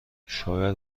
شاید